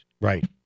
Right